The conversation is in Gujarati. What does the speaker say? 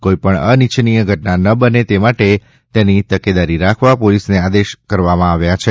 કોઈપણ અનિચ્છનીય ઘટના ન બને તે માટે તેની તકેદારી રાખવા પોલીસને આદેશ આપવામાં આવ્યા છે